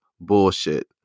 bullshit